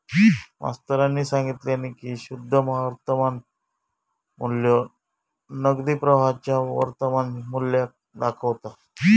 मास्तरानी सांगितल्यानी की शुद्ध वर्तमान मू्ल्य नगदी प्रवाहाच्या वर्तमान मुल्याक दाखवता